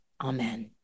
Amen